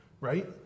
right